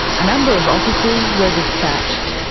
a number of officers were dispatched.